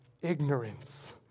ignorance